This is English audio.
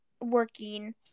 working